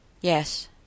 Yes